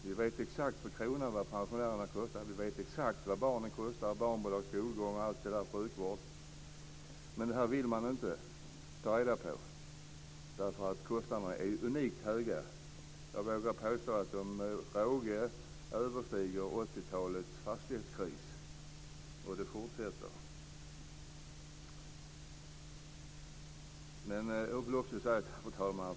Vi vet exakt på kronan vad pensionärerna kostar, och vi vet exakt vad barnen kostar - barnbidrag, skolgång, sjukvård och allt det där. Men det här vill man inte ta reda på därför att kostnaderna är unikt höga. Jag vågar påstå att de med råge överstiger 80-talets fastighetskris - och det fortsätter. Fru talman!